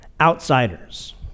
outsiders